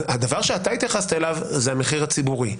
הדבר שאתה התייחסת אליו זה המחיר הציבורי,